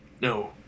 no